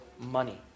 money